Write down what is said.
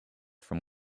from